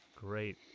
Great